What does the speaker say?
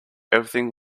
everything